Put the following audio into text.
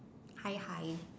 hi hi